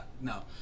no